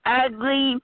ugly